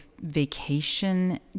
vacation